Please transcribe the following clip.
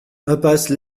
impasse